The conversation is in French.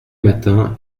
matins